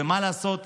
ומה לעשות,